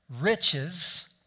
riches